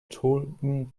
tulpen